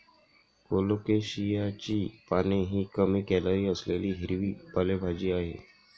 कोलोकेशियाची पाने ही कमी कॅलरी असलेली हिरवी पालेभाजी आहे